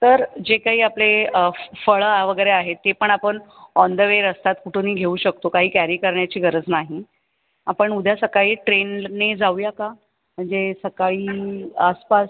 तर जे काही आपले फ् फळं वगैरे आहे ते पण आपण ऑन द वे रस्त्यात कुठूनही घेऊ शकतो काही कॅरी करण्याची गरज नाही आपण उद्या सकाळी ट्रेनने जाऊया का म्हणजे सकाळी आसपास